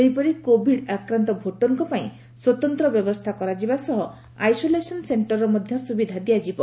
ସେହିପରି କୋଭିଡ୍ ଆକ୍ରାନ୍ତ ଭୋଟରଙ୍କ ପାଇଁ ସ୍ୱତନ୍ତ ବ୍ୟବସ୍କା କରାଯିବା ସହ ଆଇସୋଲେସନ୍ ସେକ୍କରର ମଧ ସୁବିଧା ଦିଆଯିବ